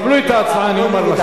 רבותי, קבלו את ההצעה, אני אומר לכם.